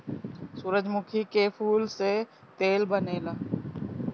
सूरजमुखी के फूल से तेल बनेला